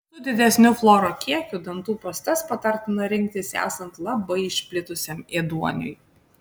su didesniu fluoro kiekiu dantų pastas patartina rinktis esant labai išplitusiam ėduoniui